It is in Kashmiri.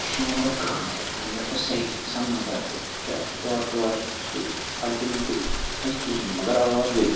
اَسہِ چھُنہٕ یِوان مگر کٕہٕنۍ اَتھِ اَنہِ گٔٹۍ چھِ صحیح سَناٹا چھُ چھِ اَسہِ چھِ ٹارچہِ وارچہِ ہُہ سۭتۍ تہٕ الٹٕمیٹلی وُچھ نہٕ اَسہِ کِہیٖنۍ مگر آواز گٔے